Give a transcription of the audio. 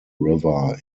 river